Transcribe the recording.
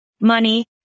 money